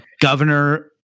governor